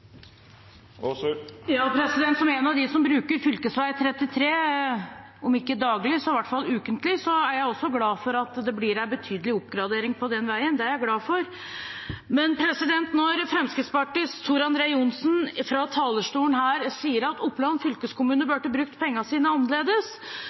daglig, så i hvert fall ukentlig, er jeg også glad for at det blir en betydelig oppgradering på den veien. Det er jeg glad for. Men når Fremskrittspartiets Tor André Johnsen fra talerstolen her sier at Oppland fylkeskommune